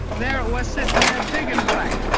there it was sitting there, big and black.